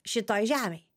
šitoj žemėj